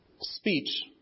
speech